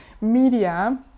media